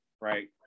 right